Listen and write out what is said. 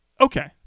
Okay